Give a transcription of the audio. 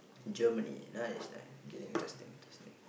Germany nice nice interesting interesting